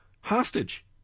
hostage